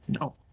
No